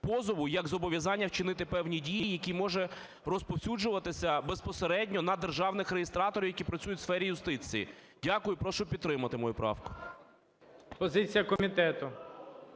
позову, як зобов'язання вчинити певні дії, які можуть розповсюджуватися безпосередньо на державних реєстраторів, які працюють у сфері юстиції. Дякую і прошу підтримати мою правку. ГОЛОВУЮЧИЙ. Позиція комітету.